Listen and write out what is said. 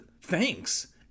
thanks